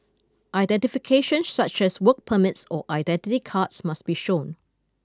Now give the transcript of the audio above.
identification such as work permits or identity cards must be shown